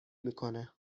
میکنه